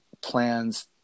plans